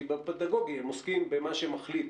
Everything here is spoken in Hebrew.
כי בפדגוגי הם עוסקים במה שמחליט